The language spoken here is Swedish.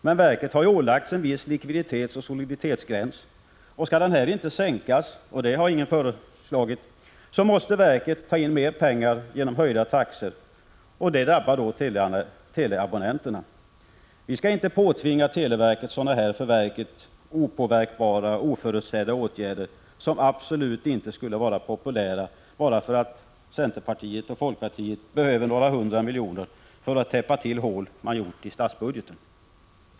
Men verket har ju ålagts en viss likviditetsoch soliditetsgräns. Skall denna inte sänkas — och någon sänkning har ingen föreslagit — måste verket ta in mer pengar genom höjda taxor som drabbar teleabonnenterna. Vi skall inte påtvinga televerket sådana här för verket opåverkbara och oförutsedda åtgärder, som absolut inte skulle vara populära, bara för att centern och folkpartiet behöver några hundra miljoner för att täppa till hål som man gjort i statsbudgeten.